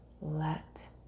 Let